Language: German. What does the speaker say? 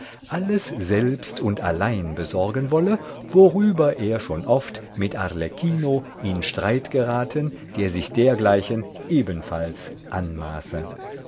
alles selbst und allein besorgen wolle worüber er schon oft mit arlecchino in streit geraten der sich dergleichen ebenfalls anmaße